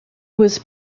was